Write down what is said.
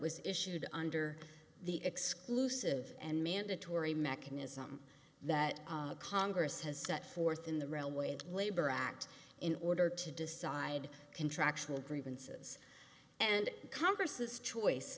was issued under the exclusive and mandatory mechanism that congress has set forth in the railway the labor act in order to decide contractual grievances and congresses choice